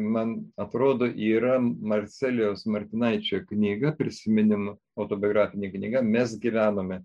man atrodo yra marcelijaus martinaičio knyga prisiminimų autobiografinė knyga mes gyvenome